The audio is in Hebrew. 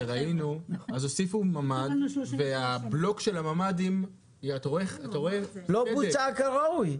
בבתים שראינו הוסיפו ממ"ד והבלוק של הממ"דים --- זה לא בוצע כראוי.